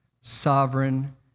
sovereign